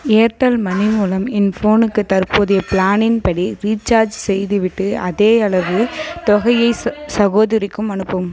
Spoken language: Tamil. ஏர்டெல் மணி மூலம் என் ஃபோனுக்கு தற்போதைய ப்ளானின் படி ரீசார்ஜ் செய்துவிட்டு அதே அளவு தொகையை ச சகோதரிக்கும் அனுப்பவும்